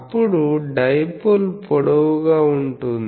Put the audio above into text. అప్పుడు డైపోల్ పొడవుగా ఉంటుంది